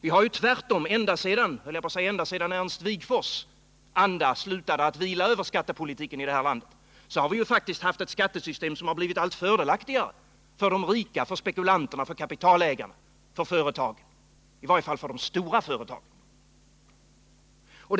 Vi har ju faktiskt ända sedan Ernst Wigforss anda slutade att vila över skattepolitiken i detta land haft ett skattesystem som blivit allt fördelaktigare för de rika, för spekulanterna, för kapitalägarna och för företagen, i varje fall för de stora företagen.